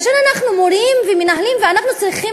כאשר אנחנו מורים ומנהלים אנחנו צריכים